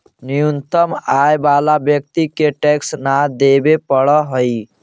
न्यूनतम आय वाला व्यक्ति के टैक्स न देवे पड़ऽ हई